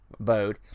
boat